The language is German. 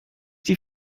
die